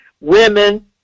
women